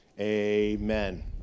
Amen